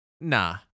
nah